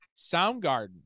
Soundgarden